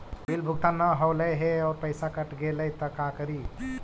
Bill भुगतान न हौले हे और पैसा कट गेलै त का करि?